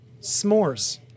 S'mores